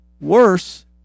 worse